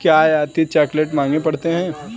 क्या आयातित चॉकलेट महंगे पड़ते हैं?